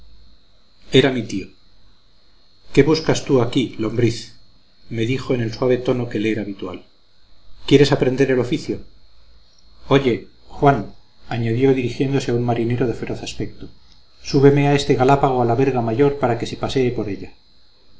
era mi tío qué buscas tú aquí lombriz me dijo en el suave tono que le era habitual quieres aprender el oficio oye juan añadió dirigiéndose a un marinero de feroz aspecto súbeme a este galápago a la verga mayor para que se pasee por ella